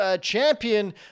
champion